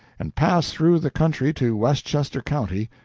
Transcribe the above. and pass through the country to westchester county,